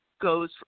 goes